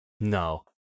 No